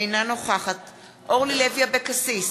אינה נוכחת אורלי לוי אבקסיס,